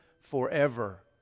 forever